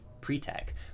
pre-tech